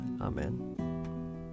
Amen